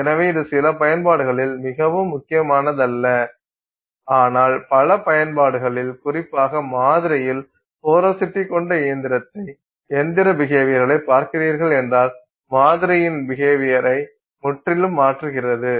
எனவே இது சில பயன்பாடுகளில் மிகவும் முக்கியமானதல்ல ஆனால் பல பயன்பாடுகளில் குறிப்பாக மாதிரியில் போரோசிட்டி கொண்ட இயந்திர பிஹேவியர்களைப் பார்க்கிறீர்கள் என்றால் மாதிரியின் பிஹேவியர்யை முற்றிலும் மாற்றுகிறது